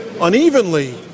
Unevenly